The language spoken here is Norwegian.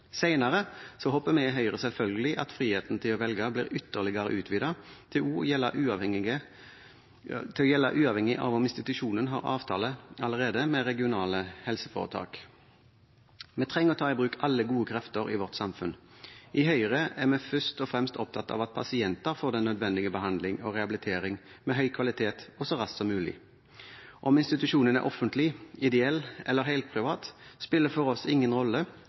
håper vi i Høyre selvfølgelig at friheten til å velge blir ytterligere utvidet til å gjelde uavhengig av om institusjonen allerede har avtale med regionale helseforetak. Vi trenger å ta i bruk alle gode krefter i vårt samfunn. I Høyre er vi først og fremst opptatt av at pasienter får den nødvendige behandling og rehabilitering, av høy kvalitet og så raskt som mulig. Om institusjonen er offentlig, ideell eller helprivat, spiller for oss ingen rolle